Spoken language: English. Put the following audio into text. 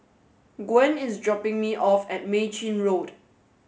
Gwen is dropping me off at Mei Chin Road